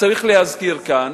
צריך להזכיר כאן,